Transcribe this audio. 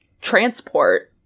transport